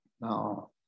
Now